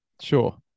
Sure